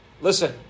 listen